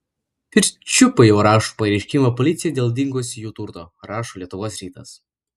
pirčiupiai jau rašo pareiškimą policijai dėl dingusio jų turto rašo lietuvos rytas